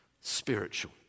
spiritual